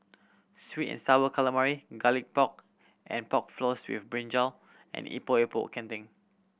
sweet and Sour Calamari Garlic Pork and Pork Floss with brinjal and Epok Epok Kentang